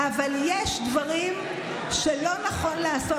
אבל יש דברים שלא נכון לעשות.